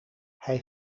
hij